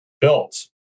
built